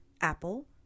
Apple